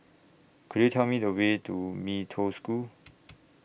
Could YOU Tell Me The Way to Mee Toh School